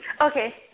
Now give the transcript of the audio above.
Okay